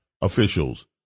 officials